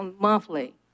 monthly